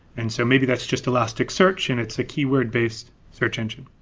and so maybe that's just elastic search and it's a keyword based search engine.